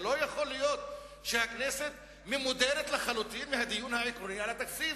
לא יכול להיות שהכנסת ממודרת לחלוטין מהדיון העקרוני על התקציב.